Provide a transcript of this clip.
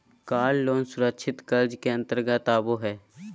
कार loan सुरक्षित कर्ज के अंतर्गत आबो हय